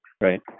Right